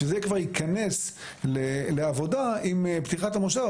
שזה כבר ייכנס לעבודה עם פתיחת המושב,